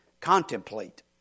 contemplate